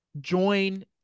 join